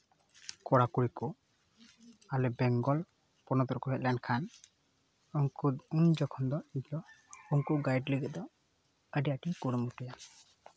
ᱠᱚᱲᱟᱼᱠᱩᱲᱤ ᱠᱚ ᱟᱞᱮ ᱵᱮᱝᱜᱚᱞ ᱯᱚᱱᱚᱛ ᱨᱮᱠᱚ ᱦᱮᱡ ᱞᱮᱱᱠᱷᱟᱱ ᱩᱱᱠᱩ ᱩᱱ ᱡᱚᱠᱷᱚᱱ ᱫᱚ ᱩᱱᱠᱩ ᱜᱟᱹᱭᱤᱰ ᱞᱟᱹᱜᱤᱫ ᱫᱚ ᱟᱹᱰᱤ ᱟᱸᱴᱤᱧ ᱠᱩᱨᱩᱢᱩᱴᱩᱭᱟ